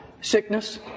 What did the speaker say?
sickness